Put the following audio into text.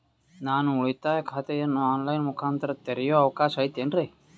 ನಾನು ಉಳಿತಾಯ ಖಾತೆಯನ್ನು ಆನ್ ಲೈನ್ ಮುಖಾಂತರ ತೆರಿಯೋ ಅವಕಾಶ ಐತೇನ್ರಿ?